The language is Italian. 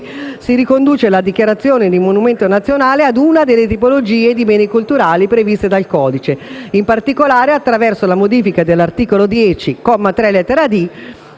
si riconduce la dichiarazione di monumento nazionale a una delle tipologie di beni culturali previste dal codice, in particolare attraverso la modifica dell'articolo 10, comma 3,